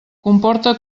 comporta